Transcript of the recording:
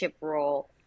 role